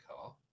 car